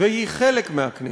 והיא חלק מהכנסת.